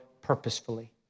purposefully